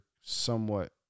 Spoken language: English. somewhat